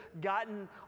gotten